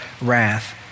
wrath